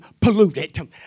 polluted